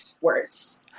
words